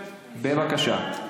בבקשה.